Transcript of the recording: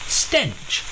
stench